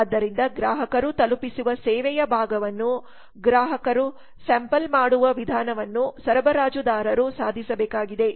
ಆದ್ದರಿಂದ ಗ್ರಾಹಕರು ತಲುಪಿಸುವ ಸೇವೆಯ ಭಾಗವನ್ನು ಗ್ರಾಹಕರು ಸ್ಯಾಂಪಲ್ ಮಾಡುವ ವಿಧಾನವನ್ನು ಸರಬರಾಜುದಾರರು ಸಾಧಿಸಬೇಕಾಗಿದೆ